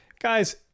Guys